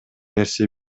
нерсе